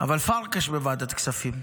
אבל פרקש בוועדת הכספים.